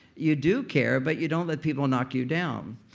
you do care but you don't let people knock you down